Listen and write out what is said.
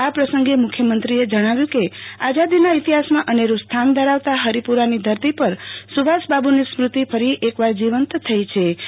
આ પ્રસંગે મુખ્યમંત્રી વિજય રૂપાણીએ જણાવ્યું કે આઝાદીના ઈતિહાસમાં અનેરૂ સ્થાન ધરાવતાં હરિપુરાની ધરતી પર સુભાષબાબુની સ્મૃત્તિ ફરી એકવાર જીવંત થઈછે